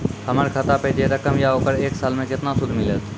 हमर खाता पे जे रकम या ओकर एक साल मे केतना सूद मिलत?